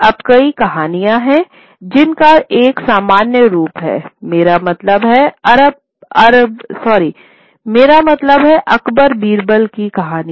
अब कई कहानियाँ हैं जिन का एक सामान्य प्रारूप है मेरा मतलब है अकबर बीरबल की कहानियां